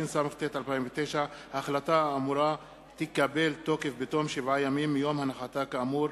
התשס"ט 2009. ההחלטה האמורה תקבל תוקף בתום שבעה ימים מיום הנחתה כאמור,